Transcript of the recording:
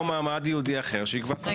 או מעמד ייעודי אחר שיקבע שר הפנים.